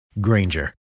Granger